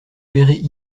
verrez